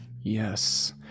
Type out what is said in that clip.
Yes